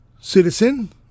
citizen